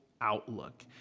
outlook